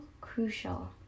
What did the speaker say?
crucial